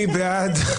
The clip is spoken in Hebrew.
מי בעד?